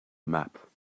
map